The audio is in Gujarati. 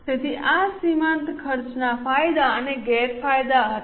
તેથી આ સીમાંત ખર્ચના ફાયદા અને ગેરફાયદા હતા